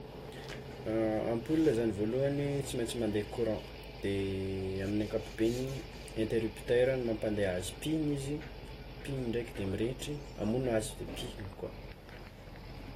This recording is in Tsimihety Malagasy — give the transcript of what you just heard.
Ampola zagny voalohany tsy maintsy mande courant, de amin'ny ankapobeny interrupteur no mampande azy, pihiny izy pihiny indraiky de mirehatry, hamono azy de pihiny koa.